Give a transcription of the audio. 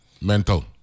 mental